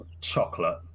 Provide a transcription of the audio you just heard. Chocolate